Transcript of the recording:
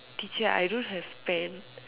teacher I don't have pen